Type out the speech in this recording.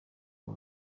uba